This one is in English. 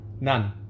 None